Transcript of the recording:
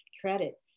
credit